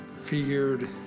figured